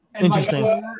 Interesting